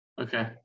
okay